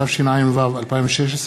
התשע"ו 2016,